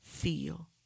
feel